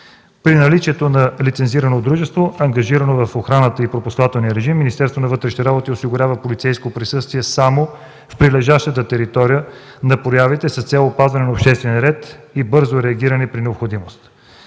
При наличието на лицензирано дружество, ангажирано в охраната и пропускателния режим, Министерството на вътрешните работи осигурява полицейско присъствие само в прилежащата територия на проявите с цел опазване на обществения ред и бързо реагиране при необходимост.